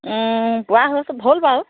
পোৱা হৈছে হ'ল বাৰু